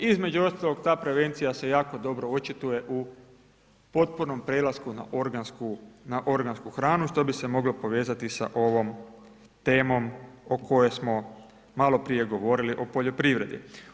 Između ostalog ta prevencija se jako dobro očituje u potpunom prelasku na organsku, na organsku hranu što bi se moglo povezati sa ovom temom o kojoj smo maloprije govorili o poljoprivredi.